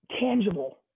tangible